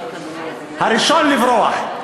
הראשון לברוח.